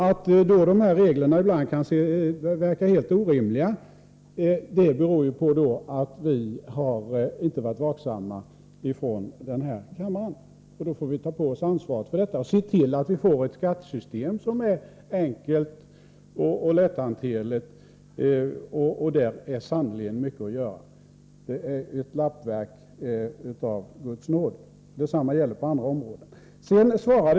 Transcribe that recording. Att dessa regler ibland kan verka helt orimliga beror på att vi inte har varit vaksamma i den här kammaren. Då får vi ta på oss ansvaret för detta och se till att vi får ett skattesystem som är enkelt och lätthanterligt. Där finns sannerligen mycket att göra. Det är ett lappverk av Guds nåde, och detsamma gäller på andra områden.